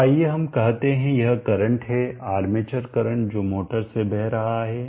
तो आइए हम कहते हैं यह करंट है आर्मेचर करंट जो मोटर से बह रहा है